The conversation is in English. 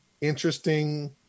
interesting